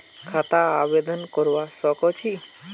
खाता आवेदन करवा संकोची?